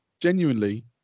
Genuinely